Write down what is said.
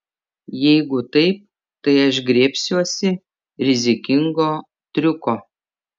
jeigu taip tai aš griebsiuosi rizikingo triuko